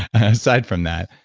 aside from that,